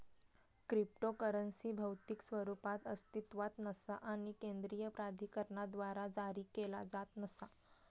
cryptocurrency भौतिक स्वरूपात अस्तित्वात नसा आणि केंद्रीय प्राधिकरणाद्वारा जारी केला जात नसा